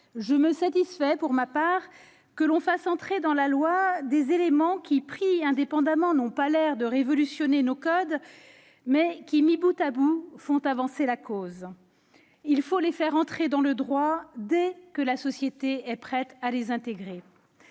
Je me satisfais pour ma part que l'on fasse entrer dans la loi des éléments, qui, pris indépendamment, n'ont pas l'air de révolutionner nos codes, mais qui, mis bout à bout, font avancer la cause. Il faut les faire entrer dans le droit dès que la société est prête à les intégrer.